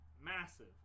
massive